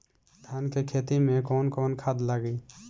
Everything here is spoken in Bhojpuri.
धान के खेती में कवन कवन खाद लागी?